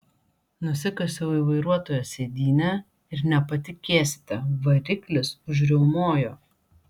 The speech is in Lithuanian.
nusikasiau į vairuotojo sėdynę ir nepatikėsite variklis užriaumojo